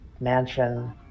mansion